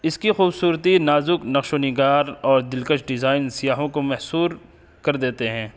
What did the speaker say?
اس کی خوبصورتی نازک نقش و نگار اور دلکش ڈیزائن سیاحوں کو محصور کر دیتے ہیں